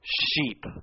sheep